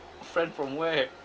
friend from where